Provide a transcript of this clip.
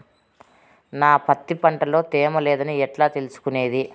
నా పత్తి పంట లో తేమ లేదని ఎట్లా తెలుసుకునేది?